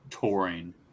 touring